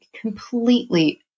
completely